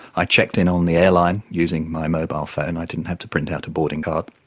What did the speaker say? i checked in on the airline using my mobile phone, and i didn't have to print out a boarding card,